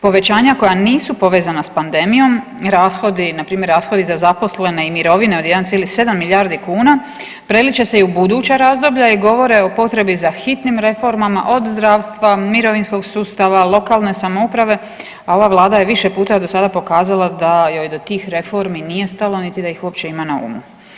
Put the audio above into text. Povećanja koja nisu povezana s pandemijom rashodi npr. rashodi za zaposlene i mirovine od 1,7 milijardi kuna prelit će se i u buduće razdoblje, a i govore o potrebi za hitnim reformama od zdravstva, mirovinskog sustava, lokalne samouprave, a ova vlada je više puta do sada pokazala da joj do tih reformi nije stalo, niti da ih uopće ima na umu.